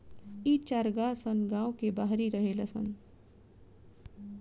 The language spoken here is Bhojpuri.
इ चारागाह सन गांव के बाहरी रहेला सन